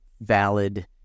valid